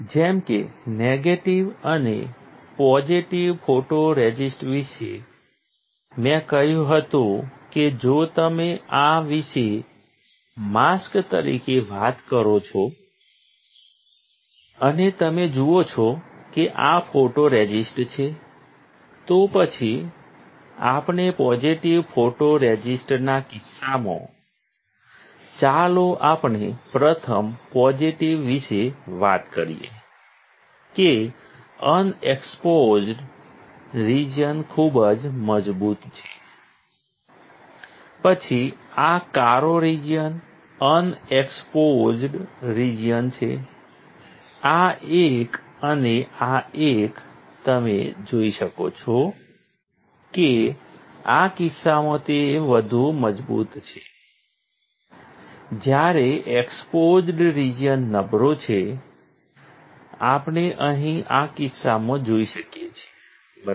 જેમ કે નેગેટિવ અને પોઝિટિવ ફોટોરઝિસ્ટ વિશે મેં કહ્યું હતું કે જો તમે આ વિશે માસ્ક તરીકે વાત કરો છો અને તમે જુઓ છો કે આ ફોટોરઝિસ્ટ છે તો પછી આપણે પોઝિટિવ ફોટોરઝિસ્ટના કિસ્સામાં ચાલો આપણે પ્રથમ પોઝિટિવ વિશે વાત કરીએ કે અનએક્સપોઝ્ડ રિજિઅન ખુબજ મજબૂત છે પછી આ કાળો રિજિઅન અનએક્સપોઝ્ડ રિજિઅન છે આ એક અને આ એક તમે જોઈ શકો છો કે આ કિસ્સામાં તે વધુ મજબૂત છે જ્યારે એક્સપોઝ્ડ રિજિઅન નબળો છે આપણે અહીં આ કિસ્સામાં જોઈ શકીએ છીએ બરાબર